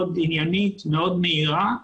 מאוד עניינית, מאוד מהירה,